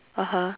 (uh huh)